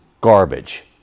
garbage